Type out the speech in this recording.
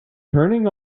turning